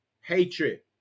hatred